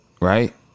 right